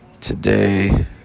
Today